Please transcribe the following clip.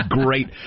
great